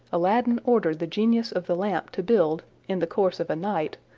aladdin ordered the genius of the lamp to build, in the course of a night,